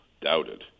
doubted